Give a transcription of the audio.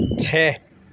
چھ